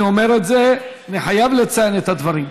אני אומר את זה, אני חייב לציין את הדברים.